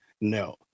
no